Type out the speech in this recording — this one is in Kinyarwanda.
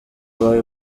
bawe